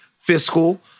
fiscal